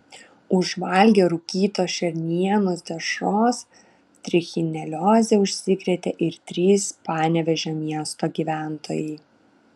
užvalgę rūkytos šernienos dešros trichinelioze užsikrėtė ir trys panevėžio miesto gyventojai